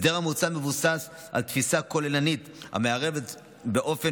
ההסדר המוצע מבוסס על תפיסה כוללנית המערבת באופן